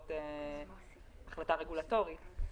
בעקבות החלטה רגולטורית.